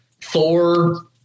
Thor